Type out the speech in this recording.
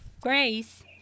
Grace